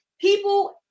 people